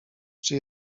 czy